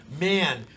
Man